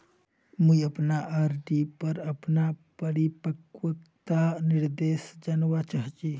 मुई अपना आर.डी पोर अपना परिपक्वता निर्देश जानवा चहची